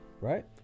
Right